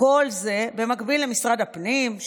וכל זה במקביל למשרד הפנים,